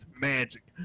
magic